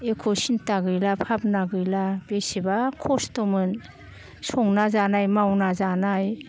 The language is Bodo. एख' सिन्था गैला भाबना गैला बेसेबा खस्थ'मोन संना जानाय मावना जानाय